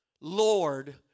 Lord